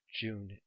June